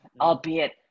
albeit